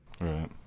Right